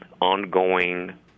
ongoing